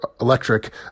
electric